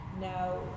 Now